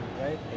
right